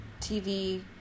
TV